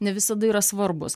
ne visada yra svarbūs